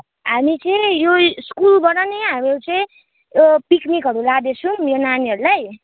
हामी चाहिँ यो स्कुलबाट नि हामीहरू चाहिँ पिकनिकहरू लाँदैछौँ यो नानीहरूलाई